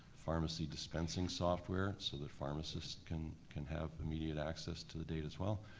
pharmacy dispensing software, so that pharmacists can can have immediate access to the data as well.